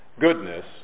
goodness